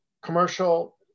Commercial